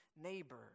neighbor